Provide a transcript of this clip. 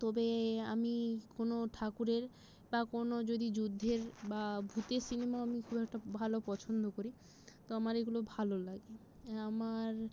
তবে আমি কোনো ঠাকুরের বা কোনো যদি যুদ্ধের বা ভূতের সিনেমা আমি খুব একটা ভালো পছন্দ করি তো আমার এগুলো ভালো লাগে আমার